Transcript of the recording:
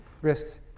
risks